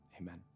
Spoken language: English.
amen